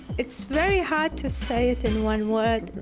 it's very hard to say it and one word.